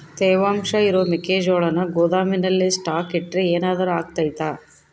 ತೇವಾಂಶ ಇರೋ ಮೆಕ್ಕೆಜೋಳನ ಗೋದಾಮಿನಲ್ಲಿ ಸ್ಟಾಕ್ ಇಟ್ರೆ ಏನಾದರೂ ಅಗ್ತೈತ?